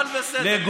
הכול בסדר,